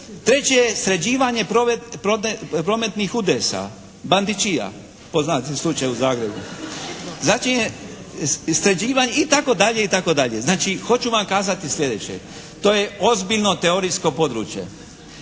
Treći je sređivanje prometnih udesa. "Bandičija" poznati slučaj u Zagrebu. Zatim je sređivan i tako dalje i tako dalje. Znači hoću vam kazati sljedeće. To je ozbiljno teorijsko područje.